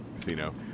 Casino